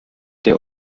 der